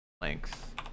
length